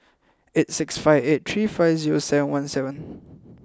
eight six five eight three five zero seven one seven